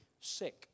sick